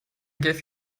gave